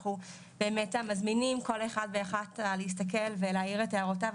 אנחנו באמת מזמינים כל אחד ואחת להסתכל ולהעיר את הערותיו.